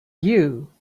you